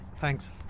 Thanks